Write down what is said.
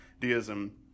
deism